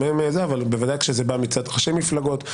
אבל ודאי כשזה מטעם ראשי מפלגות,